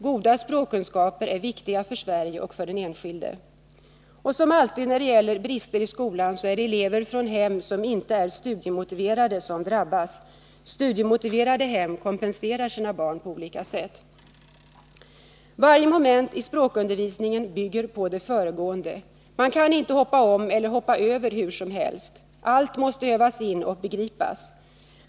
Goda språkkunskaper är viktiga för Sverige och för den enskilde. Som alltid när det gå...r brister i skolan är det elever från hem som inte är studiemotiverade som drabbas. Studiemotiverade hem kompenserar sina barn på olika sätt. Varje moment i språkundervisningen bygger på det föregående. Man kan inte hoppa om eller hoppa över hur som helst. Allt behöver övas in och 37 . begripas.